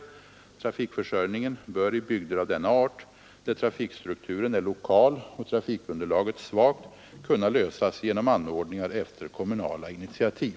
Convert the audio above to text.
Trafikförsörjningen bör i bygder av denna art, där trafikstrukturen är lokal och trafikunderlaget svagt, kunna lösas genom anordningar efter kommunala initiativ.